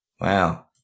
Wow